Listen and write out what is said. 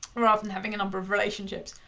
rather than having a number of relationships.